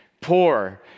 poor